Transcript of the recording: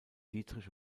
dietrich